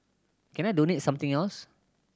can I donate something else